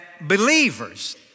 believers